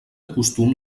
costum